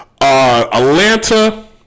Atlanta